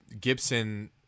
Gibson